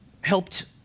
helped